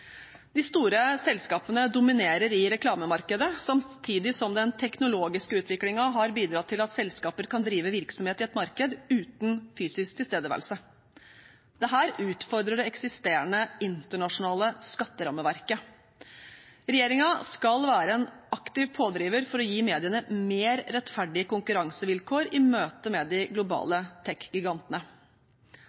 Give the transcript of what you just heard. De store selskapene dominerer i reklamemarkedet, samtidig som den teknologiske utviklingen har bidratt til at selskaper kan drive virksomhet i et marked uten fysisk tilstedeværelse. Dette utfordrer det eksisterende internasjonale skatterammeverket. Regjeringen skal være en aktiv pådriver for å gi mediene mer rettferdige konkurransevilkår i møte med de globale